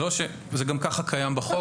זה גם ככה קיים בחוק.